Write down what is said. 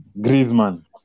Griezmann